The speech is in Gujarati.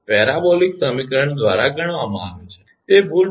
પેરાબોલિક સમીકરણ દ્વારા ગણવામાં આવે છે તે ભૂલ 0